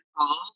involved